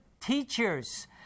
teachers